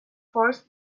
forced